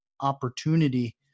opportunity